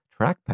trackpad